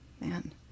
man